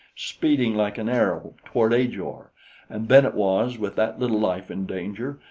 speeding like an arrow toward ajor and then it was, with that little life in danger,